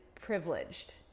privileged